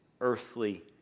earthly